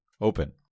open